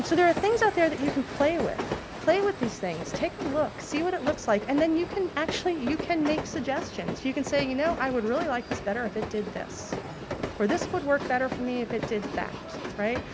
so there are things out there that you can play with. play with these things, take a look, see what it looks like. and then, you can actually you can make suggestions. you can say you know i would really like this better if it did this or this would work better for me if it did that. right.